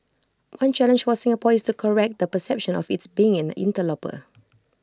one challenge for Singapore is to correct the perception of IT being an interloper